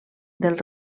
del